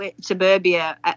suburbia